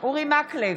אורי מקלב,